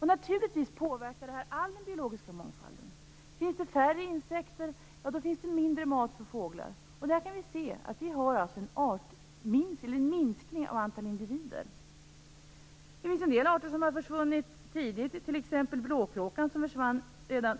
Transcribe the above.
Detta påverkar naturligtvis all biologisk mångfald. Finns det färre insekter, finns det mindre mat för fåglarna. Det finns en del arter som har försvunnit tidigt, t.ex. blåkråkan som försvann redan